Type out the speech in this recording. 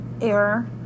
error